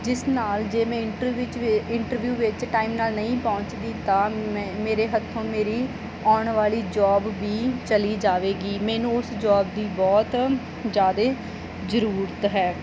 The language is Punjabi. ਜਿਸ ਨਾਲ ਜੇ ਮੈਂ ਇੰਟਰਵਿਊ 'ਚ ਇੰਟਰਵਿਊ ਵਿੱਚ ਟਾਈਮ ਨਾਲ ਨਹੀਂ ਪਹੁੰਚਦੀ ਤਾਂ ਮੈਂ ਮੇਰੇ ਹੱਥੋਂ ਮੇਰੀ ਆਉਣ ਵਾਲੀ ਜੋਬ ਵੀ ਚਲੀ ਜਾਵੇਗੀ ਮੈਨੂੰ ਉਸ ਜੋਬ ਦੀ ਬਹੁਤ ਜ਼ਿਆਦਾ ਜ਼ਰੂਰਤ ਹੈ